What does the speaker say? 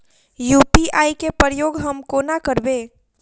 UPI केँ प्रयोग हम कोना करबे?